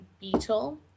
Beetle